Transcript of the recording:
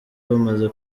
bamaze